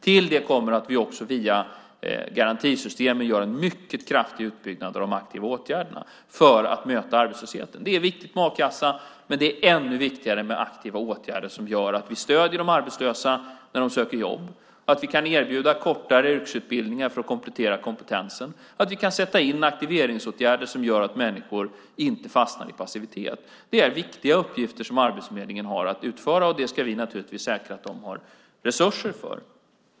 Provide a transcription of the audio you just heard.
Till det kommer att vi också via garantisystemen gör en mycket kraftig utbyggnad av de aktiva åtgärderna för att möta arbetslösheten. Det är viktigt med a-kassa, men det är ännu viktigare med aktiva åtgärder som gör att vi stöder de arbetslösa när de söker jobb, att vi kan erbjuda kortare yrkesutbildningar för att komplettera kompetensen och att vi kan sätta in aktiveringsåtgärder som gör att människor inte fastnar i passivitet. Det är viktiga uppgifter som Arbetsförmedlingen har att utföra, och det ska vi naturligtvis säkra att de har resurser för.